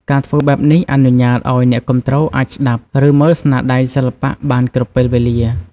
ការធ្វើបែបនេះអនុញ្ញាតឲ្យអ្នកគាំទ្រអាចស្ដាប់ ឬមើលស្នាដៃសិល្បៈបានគ្រប់ពេលវេលា។